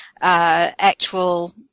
actual